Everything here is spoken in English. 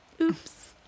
Oops